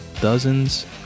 dozens